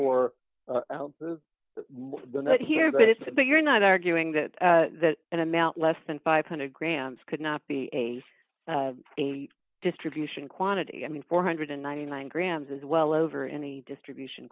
for here but it's but you're not arguing that that an amount less than five hundred grams could not be a distribution quantity i mean four hundred and ninety nine grams is well over any distribution